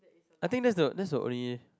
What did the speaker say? I think that's the that's the only